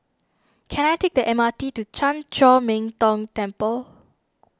can I take the M R T to Chan Chor Min Tong Temple